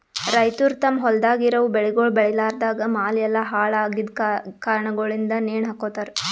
ರೈತುರ್ ತಮ್ ಹೊಲ್ದಾಗ್ ಇರವು ಬೆಳಿಗೊಳ್ ಬೇಳಿಲಾರ್ದಾಗ್ ಮಾಲ್ ಎಲ್ಲಾ ಹಾಳ ಆಗಿದ್ ಕಾರಣಗೊಳಿಂದ್ ನೇಣ ಹಕೋತಾರ್